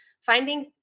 finding